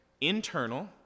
internal